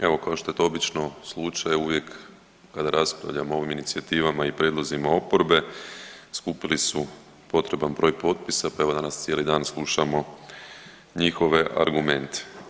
Evo kao što je to obično slučaj uvijek kada raspravljamo o inicijativama i prijedlozima oporbe skupili su potreban broj potpisa pa evo danas cijeli dan slušamo njihove argumente.